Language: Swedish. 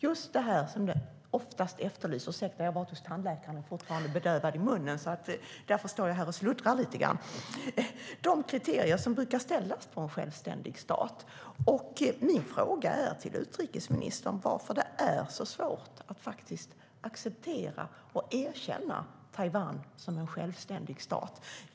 Just det som oftast efterlyses uppfylls, nämligen de kriterier som brukar ställas på en självständig stat. Jag får be om ursäkt för att jag står här och sluddrar lite grann; jag har varit hos tandläkaren och är fortfarande bedövad i munnen. Min fråga till utrikesministern är varför det är så svårt att acceptera och erkänna Taiwan som självständig stat.